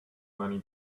money